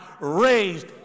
raised